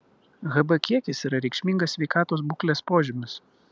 hb kiekis yra reikšmingas sveikatos būklės požymis